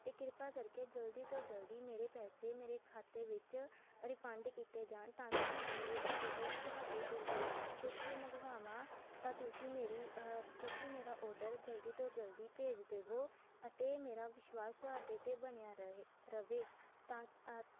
ਅਤੇ ਕਿਰਪਾ ਕਰਕੇ ਜਲਦੀ ਤੋਂ ਜਲਦੀ ਮੇਰੇ ਪੈਸੇ ਮੇਰੇ ਖਾਤੇ ਵਿੱਚ ਰਿਫੰਡ ਕੀਤੇ ਜਾਣ ਤਾਂ ਕਿ ਮੈਂ ਅੱਗੇ ਤੋਂ ਜਦੋਂ ਵੀ ਤੁਹਾਡੇ ਤੋਂ ਕੋਈ ਕੁਛ ਵੀ ਮੰਗਵਾਵਾਂ ਤਾਂ ਤੁਸੀਂ ਮੇਰੀ ਤੁਸੀਂ ਮੇਰਾ ਔਡਰ ਜਲਦੀ ਤੋਂ ਜਲਦੀ ਭੇਜ ਦੇਵੋ ਅਤੇ ਮੇਰਾ ਵਿਸ਼ਵਾਸ ਤੁਹਾਡੇ 'ਤੇ ਬਣਿਆ ਰਹੇ ਰਵੇ ਤਾਂ